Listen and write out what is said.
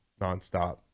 nonstop